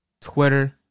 Twitter